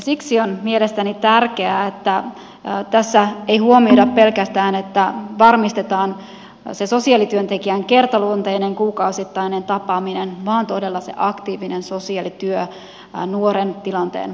siksi on mielestäni tärkeää että tässä ei huomioida pelkästään että varmistetaan se sosiaalityöntekijän kertaluonteinen kuukausittainen tapaaminen vaan todella se aktiivinen sosiaalityö nuoren tilanteen muuttamiseksi